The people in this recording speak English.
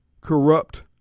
corrupt